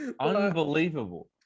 unbelievable